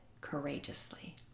courageously